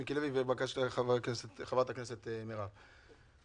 מיקי לוי ושל חברת הכנסת מרב מיכאלי.